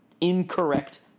incorrect